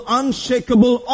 unshakable